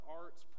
arts